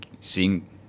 seeing